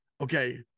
okay